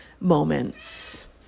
moments